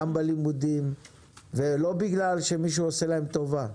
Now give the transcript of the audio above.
גם בלימודים ולא בגלל שמישהו עושה להם טובה,